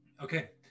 Okay